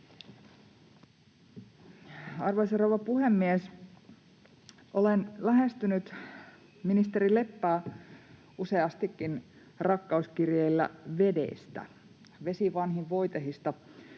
Arvoisa rouva puhemies! Olen lähestynyt ministeri Leppää useastikin rakkauskirjeillä vedestä — vesi vanhin voitehista.